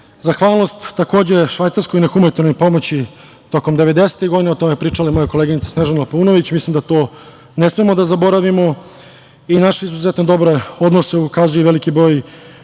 narodu. Zahvalnost takođe Švajcarskoj na humanitarnoj pomoći tokom devedesetih godina, o tome je pričala i moja koleginica Snežana Paunović. Mislim da to ne smemo da zaboravimo i naše izuzetno dobre odnose ukazuje i veliki broj